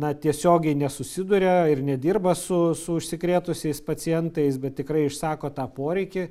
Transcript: na tiesiogiai nesusiduria ir nedirba su su užsikrėtusiais pacientais bet tikrai išsako tą poreikį